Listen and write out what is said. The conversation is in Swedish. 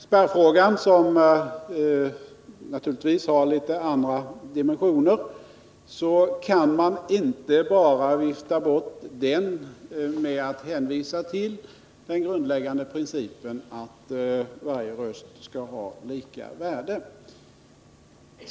Spärrfrågan, som naturligtvis har litet andra dimensioner, kan man inte bara vifta bort genom att hänvisa till den grundläggande principen att alla röster skall ha samma värde.